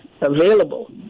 available